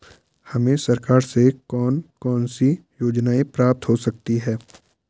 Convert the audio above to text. हमें सरकार से कौन कौनसी योजनाएँ प्राप्त हो सकती हैं?